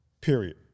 period